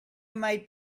might